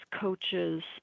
coaches